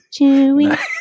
chewy